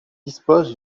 dispose